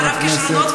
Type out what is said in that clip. אתה רב-כישרונות,